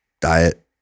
diet